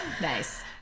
Nice